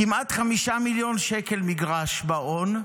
כמעט 5 מיליון שקל מגרש, בהאון,